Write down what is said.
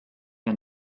ein